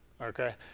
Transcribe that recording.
Okay